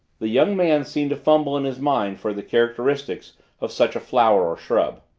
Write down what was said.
the young man seemed to fumble in his mind for the characteristics of such a flower or shrub.